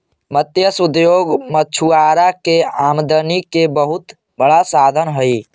मत्स्य उद्योग मछुआरा के आमदनी के बहुत बड़ा साधन हइ